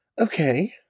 Okay